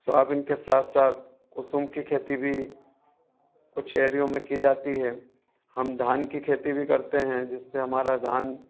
soybean के साथ साथ कुसुम की खेती भी कुछ एरियों में की जाती है हम धान की खेती भी करते हैं जिससे हमारा धान